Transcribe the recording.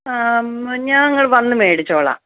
ഞങ്ങൾ വന്ന് മേടിച്ചോളാം